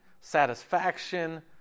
satisfaction